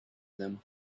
them